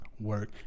work